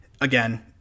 again